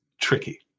tricky